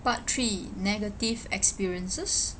part three negative experiences